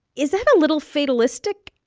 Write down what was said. is that a little fatalistic?